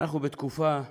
אנחנו בתקופה,